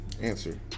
answer